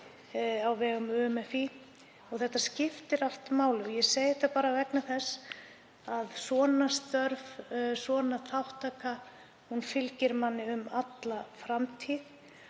á vegum UMFÍ. Þetta skiptir allt máli. Ég segi þetta bara vegna þess að svona störf, svona þátttaka fylgir manni um alla framtíð